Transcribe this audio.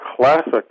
Classic